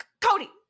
Cody